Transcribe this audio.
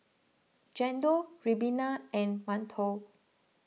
Chendol Ribena and Mantou